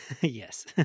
Yes